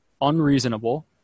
unreasonable